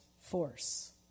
force